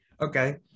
Okay